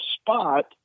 spot